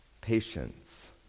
patience